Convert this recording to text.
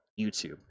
YouTube